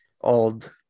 old